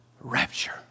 Rapture